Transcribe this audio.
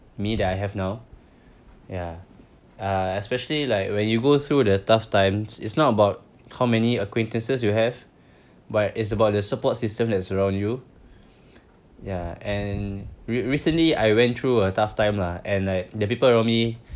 me that I have now ya uh especially like when you go through the tough times it's not about how many acquaintances you have but it's about the support system that's around you ya and re~ recently I went through a tough time lah and like the people around me